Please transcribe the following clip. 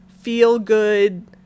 feel-good